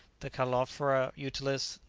the callophora utilis,